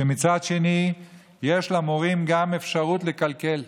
שמצד שני יש למורים גם אפשרות לקלקל.